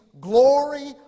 glory